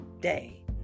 day